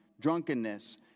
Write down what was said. drunkenness